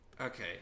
okay